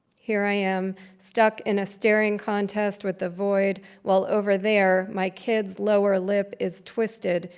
here i am, stuck in a staring contest with the void while over there, my kid's lower lip is twisted,